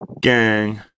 Gang